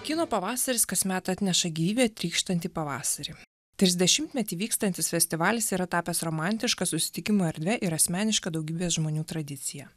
kino pavasaris kasmet atneša gyvybe trykštantį pavasarį trisdešimtmetį vykstantis festivalis yra tapęs romantiška susitikimų erdve ir asmeniška daugybės žmonių tradicija